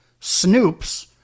snoops